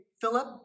Philip